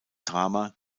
drama